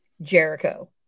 Jericho